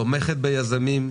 תומכת ביזמים,